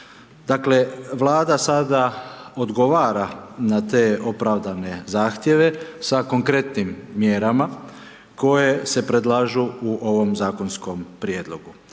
Vlada sada odgovara na te opravdane zahtjeve sa konkretnim mjerama, koje se predlažu u ovom zakonskom prijedlogu.